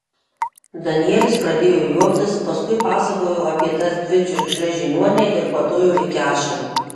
danielis pradėjo juoktis paskui pasakojo apie tas dvi čiurkšles žiniuonei ir kvatojo iki ašarų